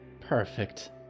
Perfect